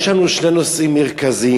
יש לנו שני נושאים מרכזיים: